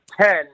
ten